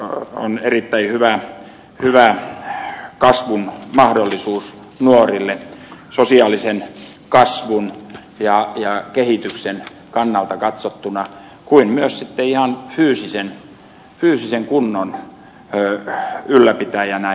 se on erittäin hyvä kasvun mahdollisuus nuorille niin sosiaalisen kasvun ja kehityksen kannalta katsottuna kuin sitten myös ihan fyysisen kunnon ylläpitäjänä